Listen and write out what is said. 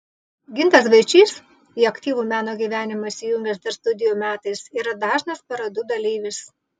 gintas vaičys į aktyvų meno gyvenimą įsijungęs dar studijų metais yra dažnas parodų dalyvis